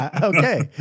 Okay